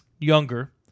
younger